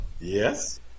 yes